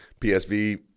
PSV